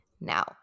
Now